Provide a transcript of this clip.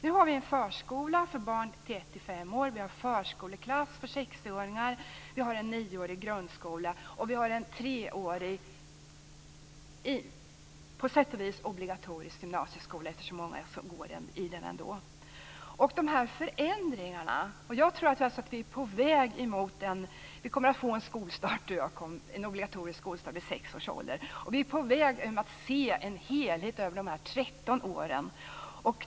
Nu har vi en förskola för barn från ett till fem år. Vi har förskoleklass för sexåringar. Vi har en nioårig grundskola, och vi har en treårig - på sätt och vis obligatoriskt - gymnasieskola. Det är ju så många som går i den ändå. Vi kommer att få en obligatorisk skolstart vid sex års ålder. Vi är på väg att se en helhet över de här 13 åren.